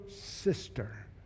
sister